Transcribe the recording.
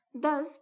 Thus